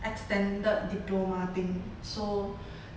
extended diploma thing so